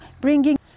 bringing